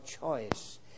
choice